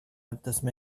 eftersom